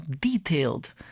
detailed